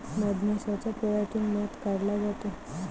मधमाशाच्या पोळ्यातून मध काढला जातो